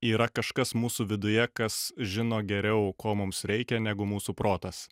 yra kažkas mūsų viduje kas žino geriau ko mums reikia negu mūsų protas